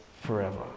forever